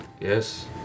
Yes